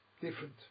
Different